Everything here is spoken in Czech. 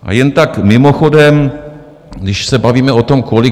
A jen tak mimochodem, když se bavíme o tom, kolik...